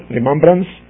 remembrance